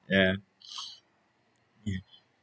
ya ya